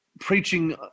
preaching